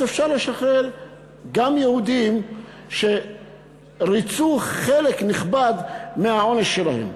אפשר לשחרר גם יהודים שריצו חלק נכבד מהעונש שלהם.